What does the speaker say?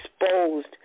exposed